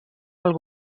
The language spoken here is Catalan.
pel